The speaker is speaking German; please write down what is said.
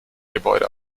gebäude